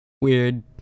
Weird